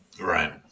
right